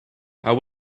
how